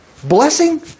Blessing